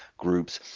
groups,